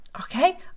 okay